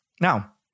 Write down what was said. Now